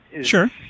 Sure